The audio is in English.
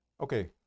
Okay